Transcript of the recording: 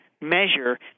measure